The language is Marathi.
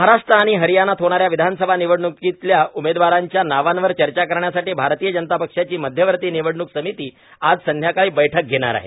महाराष्ट्र आणि हरियाणात होणाऱ्या विधानसभा निवडण्कीतल्या उमेदवारांच्या नावांवर चर्चा करण्यासाठी भारतीय जनता पक्षाची मध्यवर्ती निवडणूक समिती आज संध्याकाळी बैठक धेणार आहे